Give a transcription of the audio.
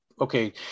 okay